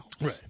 Right